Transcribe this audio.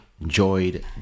enjoyed